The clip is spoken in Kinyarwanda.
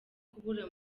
kubura